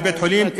מבית-החולים,